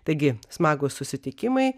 taigi smagūs susitikimai